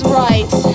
right